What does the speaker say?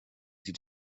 sie